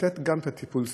לתת גם את טיפול הסיעוד.